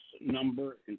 number